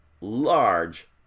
large